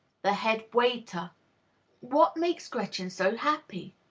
the head waiter what makes gretchen so happy?